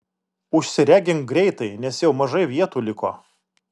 užsiregink greitai nes jau mažai vietų liko